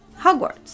Hogwarts